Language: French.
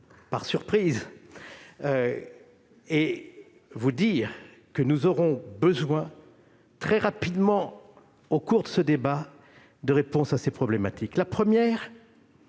vers vous pour vous dire que nous aurons besoin, très rapidement au cours de ce débat, des réponses à ces deux problématiques. La première